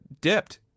dipped